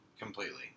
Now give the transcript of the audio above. completely